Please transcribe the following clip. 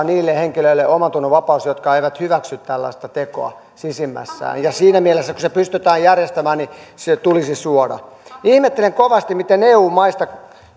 niille henkilöille omantunnonvapaus jotka eivät hyväksy tällaista tekoa sisimmässään ja siinä mielessä kun se pystytään järjestämään se tulisi suoda ihmettelen kovasti miten eu maista